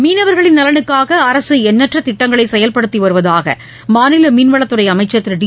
மீனவர்களின் நலனுக்காகஅரசுஎண்ணற்றதிட்டங்களைசெயல்படுத்திவருவதாகமாநிலமீன்வளத்துறைஅமைச்சர் திரு டி